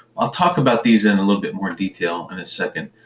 i'll talk about these in a little bit more detail in a second.